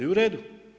I u redu.